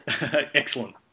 excellent